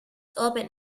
open